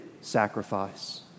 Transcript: sacrifice